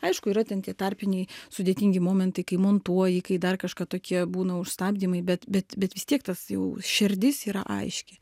aišku yra ten tie tarpiniai sudėtingi momentai kai montuoji kai dar kažką tokie būna užstabdymai bet bet bet vis tiek tas jau šerdis yra aiški